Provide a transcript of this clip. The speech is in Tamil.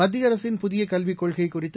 மத்திய அரசின் புதிய கல்விக் கொள்கை குறித்து